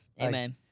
Amen